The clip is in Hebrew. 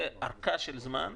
ארכה של זמן.